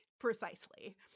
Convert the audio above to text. precisely